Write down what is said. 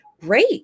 great